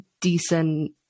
decent